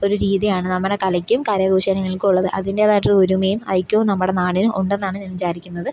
ഒരു രീതിയാണ് നമ്മുടെ കലയ്ക്കും കരകൗശലങ്ങൾക്കുമുള്ളത് അതിന്റേതായിട്ടുള്ള ഒരുമയും ഐക്യവും നമ്മുടെ നാടിന് ഉണ്ടെന്നാണ് ഞാൻ വിചാരിക്കുന്നത്